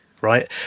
Right